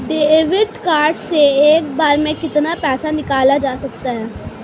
Debit card से एक बार में कितना पैसा निकाला जा सकता है?